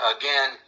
Again